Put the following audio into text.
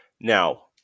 Now